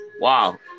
Wow